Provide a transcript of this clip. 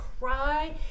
cry